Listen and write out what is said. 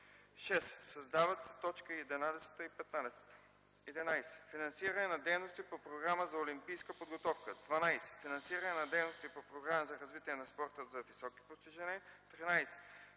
6. Създават се точки 11-15: „11. финансиране на дейности по програма за олимпийска подготовка; 12. финансиране на дейности по програма за развитие на спорта за високи постижения;